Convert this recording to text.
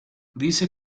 dice